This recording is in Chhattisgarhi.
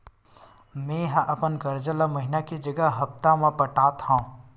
मेंहा अपन कर्जा ला महीना के जगह हप्ता मा पटात हव